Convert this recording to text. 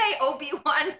Obi-Wan